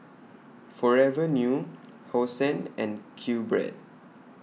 Forever New Hosen and QBread